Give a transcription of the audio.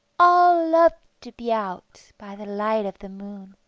all love to be out by the light of the moon.